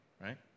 right